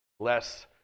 Less